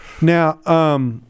Now